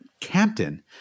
captain